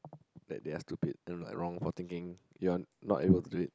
like they are stupid then like wrong for thinking you are not able to do it